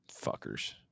Fuckers